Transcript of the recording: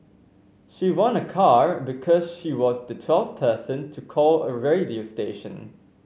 she won a car because she was the twelfth person to call a radio station